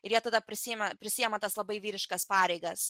ir jie tada prisiima prisiima tas labai vyriškas pareigas